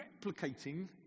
replicating